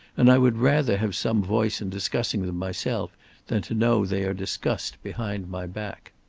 and i would rather have some voice in discussing them myself than to know they are discussed behind my back.